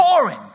boring